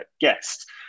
guest